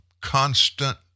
constant